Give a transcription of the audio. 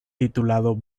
titulado